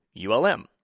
ULM